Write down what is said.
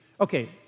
Okay